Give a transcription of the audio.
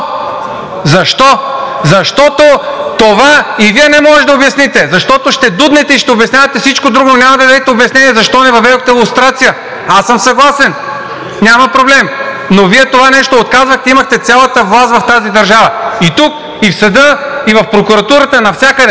Защо? Защото това и Вие не можете да обясните, защото ще дуднете и ще обяснявате всичко друго, но няма да дадете обяснение защо не въведохте лустрация. Аз съм съгласен, няма проблем, но Вие това нещо отказвахте, имахте цялата власт в тази държава – и тук, и в съда, и в прокуратурата – навсякъде,